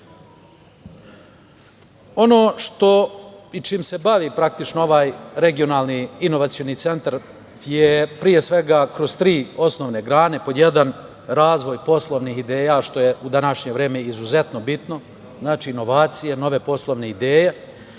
sa čime se bavi ovaj regionalni inovacioni centar je, pre svega, kroz tri osnovne grane. Prva, razvoj poslovnih ideja, što je u današnje vreme izuzetno bitno. Znači, inovacije, nove poslovne ideje.